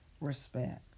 respect